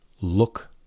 look